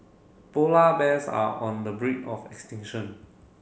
polar bears are on the brink of extinction